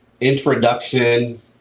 introduction